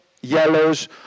yellows